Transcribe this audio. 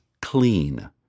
clean